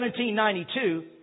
1792